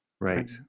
right